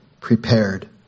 prepared